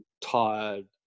tired